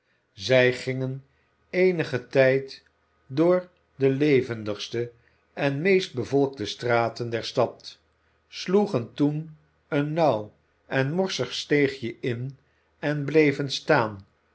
zij gingen eenigen tijd door de levendigste en meest bevolkte straten olivier twist der stad sloegen toen een nauw en morsig steegje in en bleven staan